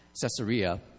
Caesarea